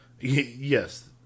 Yes